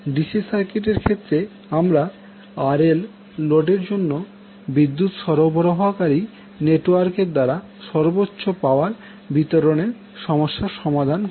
DC circuit এর ক্ষেত্রে আমরা RL লোডের জন্য বিদ্যুৎ সরবরাহকারী নেটওয়ার্ক দ্বারা সর্বোচ্চ পাওয়ার বিতরণের সমস্যা সমাধান করেছি